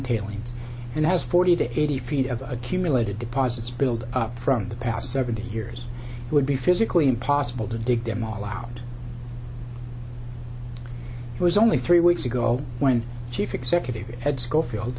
tailings and has forty to eighty feet of accumulated deposits build up from the past seventy years would be physically impossible to dig them all out it was only three weeks ago when chief executive at schofield